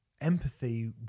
empathy